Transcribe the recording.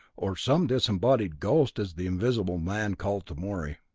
or some disembodied ghost as the invisible man called to morey.